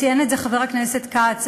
ציין את זה חבר הכנסת כץ,